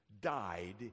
Died